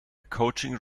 coaching